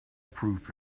proof